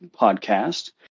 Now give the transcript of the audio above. podcast